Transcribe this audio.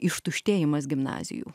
ištuštėjimas gimnazijų